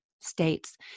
states